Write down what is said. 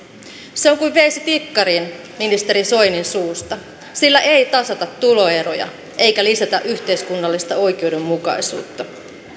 se on kuin veisi tikkarin ministeri soinin suusta sillä ei tasata tuloeroja eikä lisätä yhteiskunnallista oikeudenmukaisuutta